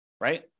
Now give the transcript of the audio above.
right